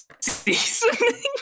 seasoning